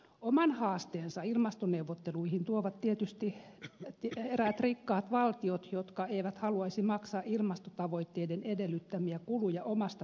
oman haasteensa ilmastoneuvotteluihin tuovat tietysti eräät rikkaat valtiot jotka eivät haluaisi maksaa ilmastotavoitteiden edellyttämiä kuluja omasta pussistaan